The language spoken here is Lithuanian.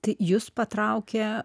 tai jus patraukė